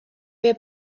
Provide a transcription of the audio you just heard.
wer